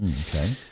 Okay